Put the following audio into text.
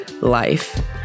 life